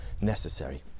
necessary